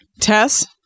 Tess